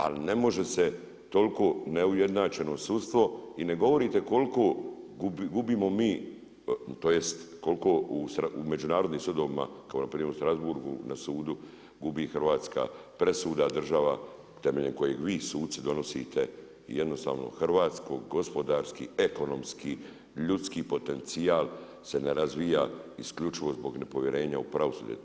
Ali, ne može se toliko neujednačeno sudstvo i ne govorite koliko gubimo mi, tj. koliko u međunarodnim sudovima kao, npr. u Strasbourgu na sudu gubi Hrvatska presuda, država temeljem kojeg vi suci donosite jednostavno hrvatsko gospodarski ekonomski, ljudski potencijal se ne razvija isključivo zbog nepovjerenja u pravosuđe.